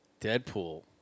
Deadpool